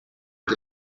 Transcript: but